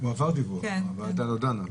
הועבר דיווח, אבל הוועדה לא דנה עליו.